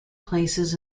places